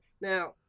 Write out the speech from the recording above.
now